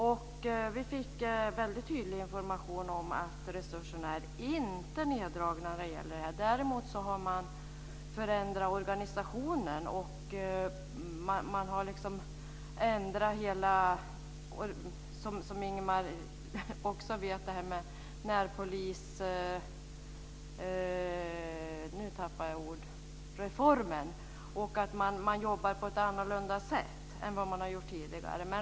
Vi fick väldigt tydlig information om att resurserna inte är neddragna när det gäller detta. Däremot har man förändrat organisationen när det gäller närpolisreformen. Man jobbar på ett annorlunda sätt än vad man har gjort tidigare.